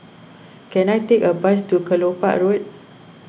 can I take a bus to Kelopak Road